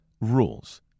rules